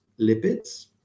lipids